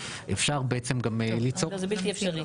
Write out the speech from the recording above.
אפשר ליצור --- לא, זה בלתי אפשרי.